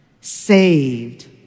saved